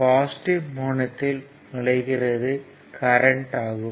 positive முனையத்தில் நுழைகிறது current ஆகும்